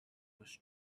was